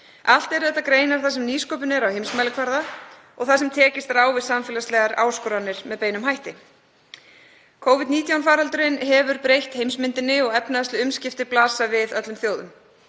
Allt eru þetta greinar þar sem nýsköpun er á heimsmælikvarða og þar sem tekist er á við samfélagslegar áskoranir með beinum hætti. Covid-19 faraldurinn hefur breytt heimsmyndinni og efnahagsleg umskipti blasa við öllum þjóðum.